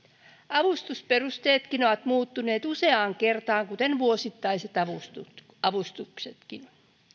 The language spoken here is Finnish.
avustusperusteetkin ovat muuttuneet useaan kertaan kuten vuosittaiset avustuksetkin